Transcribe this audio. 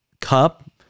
Cup